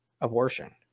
abortion